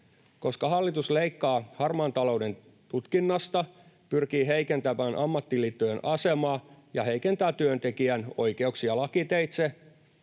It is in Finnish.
Koska hallitus leikkaa harmaan talouden tutkinnasta, pyrkii heikentämään ammattiliittojen asemaa ja heikentää työntekijän oikeuksia lakiteitse,